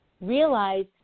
realize